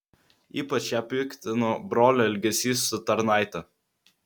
ypač ją piktino brolio elgesys su tarnaite